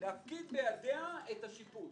להפקיד בידיה את השיפוט,